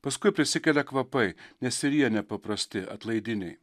paskui prisikelia kvapai nes ir jie nepaprasti atlaidiniai